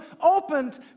opened